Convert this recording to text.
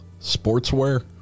sportswear